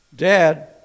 Dad